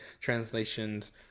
translations